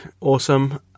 awesome